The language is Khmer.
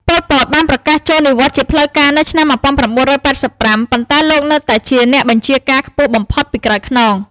ប៉ុល ពត បានប្រកាសចូលនិវត្តន៍ជាផ្លូវការនៅឆ្នាំ១៩៨៥ ប៉ុន្តែលោកនៅតែជាអ្នកបញ្ជាការខ្ពស់បំផុតពីក្រោយខ្នង។